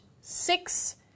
six